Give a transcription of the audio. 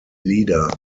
leader